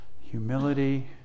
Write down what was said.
Humility